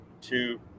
two